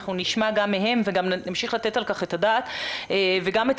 אנחנו נשמע גם מהם וגם נמשיך לתת על כך את הדעת וגם את